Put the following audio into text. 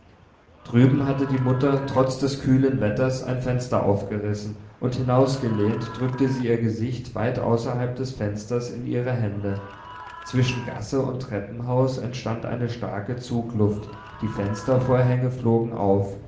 drüben hatte die mutter trotz des kühlen wetters ein fenster aufgerissen und hinausgelehnt drückte sie ihr gesicht weit außerhalb des fensters in ihre hände zwischen gasse und treppenhaus entstand eine starke zugluft die fenstervorhänge flogen auf